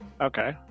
okay